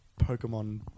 Pokemon